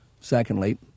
Secondly